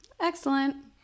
Excellent